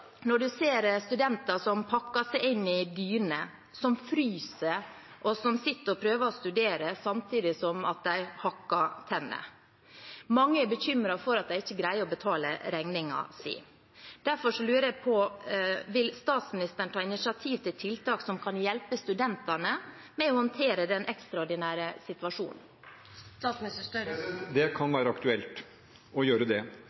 når man ser studenter som pakker seg inn i dyner, som fryser, og som sitter og prøver å studere samtidig som de hakker tenner. Mange er bekymret for at de ikke greier å betale regningen sin. Derfor lurer jeg på: Vil statsministeren ta initiativ til tiltak som kan hjelpe studentene med å håndtere den ekstraordinære situasjonen? Det kan være aktuelt å gjøre det,